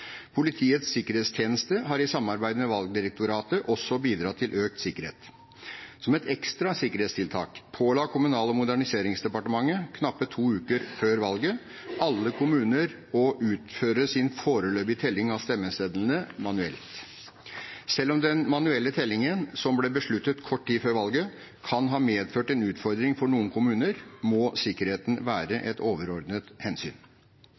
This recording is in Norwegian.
Politiets sikkerhetstjeneste har i samarbeid med Valgdirektoratet også bidratt til økt sikkerhet. Som et ekstra sikkerhetstiltak påla Kommunal- og moderniseringsdepartementet, knappe to uker før valget, alle kommuner å utføre sin foreløpige telling av stemmesedlene manuelt. Selv om den manuelle tellingen, som ble besluttet kort tid før valget, kan ha medført en utfordring for noen kommuner, må sikkerheten være et overordnet hensyn.